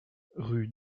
rue